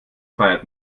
feiert